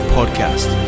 Podcast